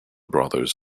brothers